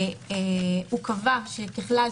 הוא קבע שככלל,